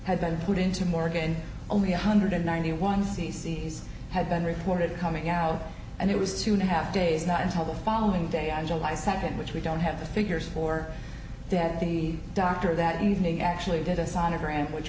had been put into morgan only one hundred ninety one c c s had been reported coming out and it was two and a half days not until the following day on july second which we don't have the figures for that the doctor that evening actually did a sonogram which